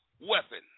weapon